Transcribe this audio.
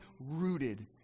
rooted